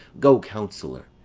go, counsellor!